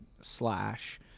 Slash